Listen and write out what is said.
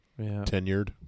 Tenured